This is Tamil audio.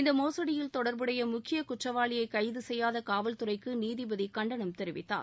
இந்த மோசடியில் தொடர்புடைய முக்கிய குற்றவாளியை கைது செய்யாத காவல்துறைக்கு நீதிபதி கண்டனம் தெரிவித்தார்